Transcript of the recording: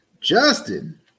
Justin